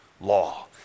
law